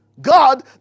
God